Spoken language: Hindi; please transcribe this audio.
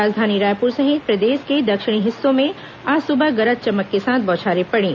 राजधानी रायपुर सहित प्रदेश के दक्षिणी हिस्सों में आज सुबह गरज चमक के साथ बौछारें पड़ी